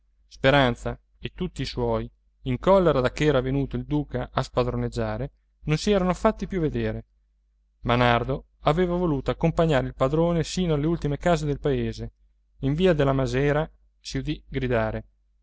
speranza e tutti i suoi in collera dacché era venuto il duca a spadroneggiare non si erano fatti più vedere ma nardo aveva voluto accompagnare il padrone sino alle ultime case del paese in via della masera si udì gridare